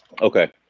Okay